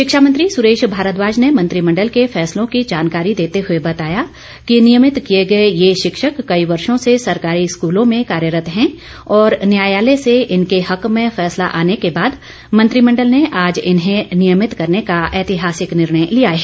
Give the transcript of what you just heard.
शिक्षा मंत्री सुरेश भारद्वाज ने मंत्रिमंडल के फैसलों की जानकारी देते हुए बताया कि नियमित किए गए ये शिक्षक कई वर्षों से सरकारी स्कूलों में कार्यरत हैं और न्यायालय से इनके हक में फैसला आने के बाद मंत्रिमंडल ने आज इन्हें नियमित करने का ऐतिहासिक निर्णय लिया है